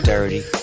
Dirty